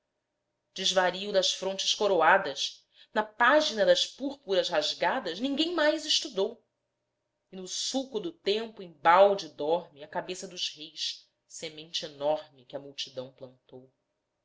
desvario das frontes coroadas na página das púrpuras rasgadas ninguém mais estudou e no sulco do tempo embalde dorme a cabeça dos reis semente enorme que a multidão plantou